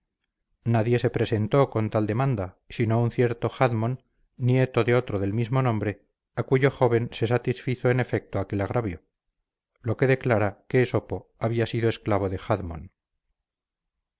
nadie se presentó con tal demanda sino un cierto jadmon nieto de otro del mismo nombre a cuyo joven se satisfizo en efecto aquel agravio lo que declara que esopo había sido esclavo de jadmon